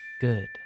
good